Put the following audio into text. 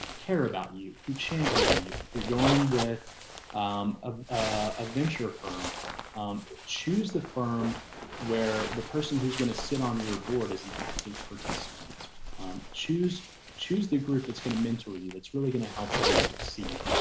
care about you. who champion you if you're going with kevin christopher um ah a venture firm um choose the firm where the person who's going to sit on your board is an active participant um choose choose the group that's going to mentor you that's really going to help you succeed.